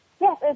Yes